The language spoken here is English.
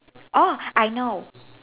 oh I know